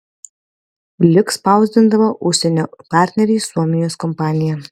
lik spausdindavo užsienio partneriai suomijos kompanija